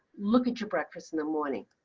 look at your breakfast in the morning,